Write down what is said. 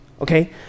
okay